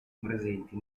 presenti